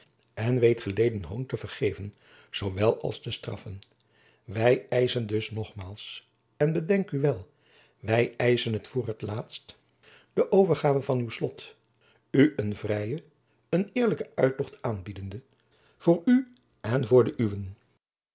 en weet geleden hoon te vergeven zoowel als te straffen wij eischen dus nogmaals en bedenk u wel wij eischen het voor t laatst de overgave van het slot u een vrijen een eerlijken uittocht aanbiedende voor u en voor de uwen